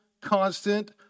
constant